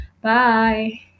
bye